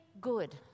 good